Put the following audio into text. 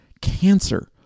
cancer